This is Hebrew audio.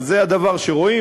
אז זה הדבר שרואים,